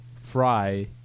Fry